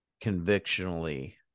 convictionally